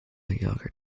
yogurt